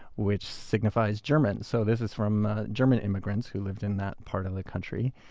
which signifies german. so this is from german immigrants who lived in that part of the country.